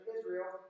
Israel